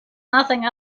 nothing